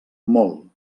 molt